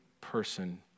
person